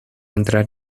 entrar